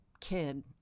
kid